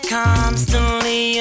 constantly